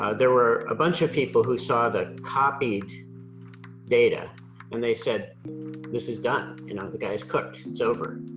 ah there were a bunch of people who saw the copied data and they said this is done, you know the guy's cooked, it's over.